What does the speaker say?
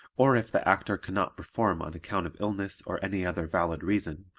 or if the actor cannot perform on account of illness or any other valid reason,